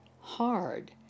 hard